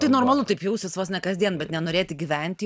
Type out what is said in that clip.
tai normalu taip jausis vos ne kasdien bet nenorėti gyventi